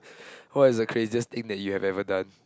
what is the craziest thing that you have ever done